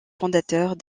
fondateurs